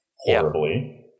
horribly